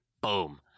Boom